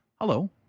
Hello